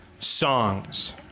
Songs